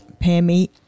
Pammy